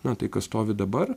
na tai kas stovi dabar